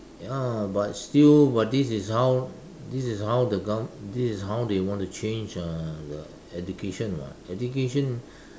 ya but still but this is how this is how the govern~ this is how they want to change uh the education [what] education